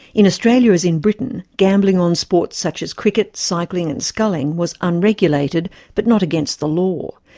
in australia, as in britain, gambling on sports such as cricket, cycling and sculling, was unregulated but not against the law.